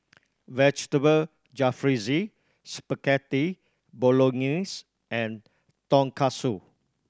Vegetable Jalfrezi Spaghetti Bolognese and Tonkatsu